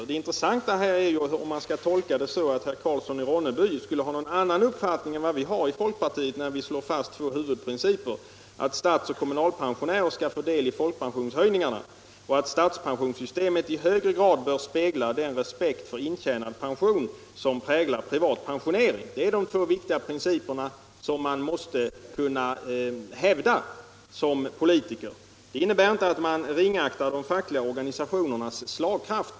Men det intressanta är om man skall tolka det hela så att herr Karlsson i Ronneby har en annan uppfattning än vi i folkpartiet när vi slår fast de två huvudprinciperna att statsoch kommunalpen sionärer skall få del av folkpensionshöjningarna och att statspensionssystemet i högre grad än f. n. bör spegla den respekt för intjänad pension som präglar privata pensioner. Det är de två viktiga principer man som politiker måste kunna hävda. Det innebär inte att man på något sätt ringaktar de fackliga organisationernas slagkraft.